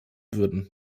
würden